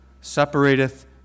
Separateth